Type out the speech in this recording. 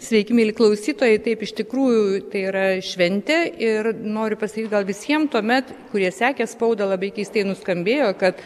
sveiki mieli klausytojai taip iš tikrųjų tai yra šventė ir noriu pasakyt gal visiem tuomet kurie sekė spaudą labai keistai nuskambėjo kad